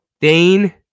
Dane